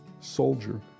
soldier